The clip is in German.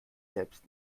selbst